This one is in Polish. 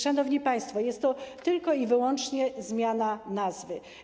Szanowni państwo, jest to tylko i wyłącznie zmiana nazwy.